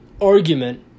argument